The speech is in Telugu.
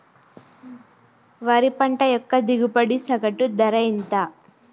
వరి పంట యొక్క దిగుబడి సగటు ధర ఎంత?